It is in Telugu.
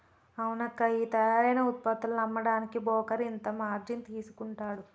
అవునక్కా ఈ తయారైన ఉత్పత్తులను అమ్మడానికి బోకరు ఇంత మార్జిన్ తీసుకుంటాడు